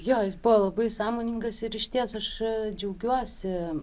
jo jis buvo labai sąmoningas ir išties aš džiaugiuosi